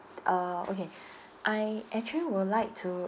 uh okay I actually would like to